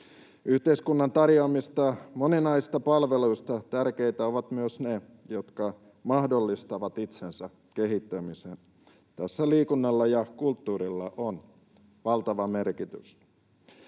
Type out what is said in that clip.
Yhteiskunnan tarjoamista moninaisista palveluista tärkeitä ovat myös ne, jotka mahdollistavat itsensä kehittämisen. Tässä liikunnalla ja kulttuurilla on valtava merkitys.